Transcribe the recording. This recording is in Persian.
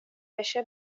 بشه